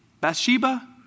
Bathsheba